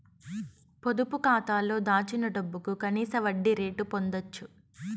పొదుపు కాతాలో దాచిన డబ్బుకు కనీస వడ్డీ రేటు పొందచ్చు